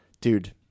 dude